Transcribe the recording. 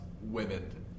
women